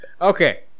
Okay